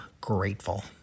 grateful